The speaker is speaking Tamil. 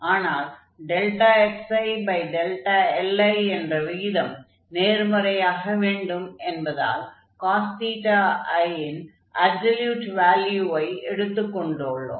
ஆனால் xili என்ற விகிதம் நேர்மறையாக வேண்டும் என்பதால் cos i ன் அப்சல்யூட் வால்யுவை எடுத்துக் கொண்டுள்ளோம்